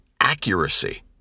accuracy